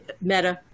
Meta